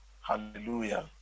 Hallelujah